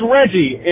Reggie